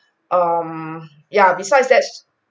um yeah besides thats